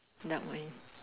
dark mind